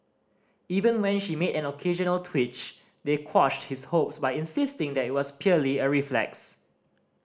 even when she made an occasional twitch they quashed his hopes by insisting that it was purely a reflex